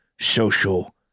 social